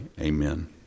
Amen